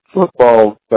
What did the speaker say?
football